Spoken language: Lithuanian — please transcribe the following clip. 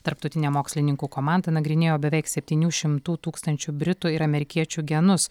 tarptautinė mokslininkų komanda nagrinėjo beveik septynių šimtų tūkstančių britų ir amerikiečių genus